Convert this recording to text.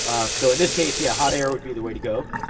um so, in this case, yeah, hot air would be the way to go.